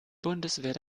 bundeswehr